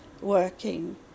working